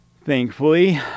Thankfully